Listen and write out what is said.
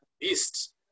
beast